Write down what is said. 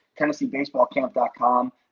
TennesseeBaseballCamp.com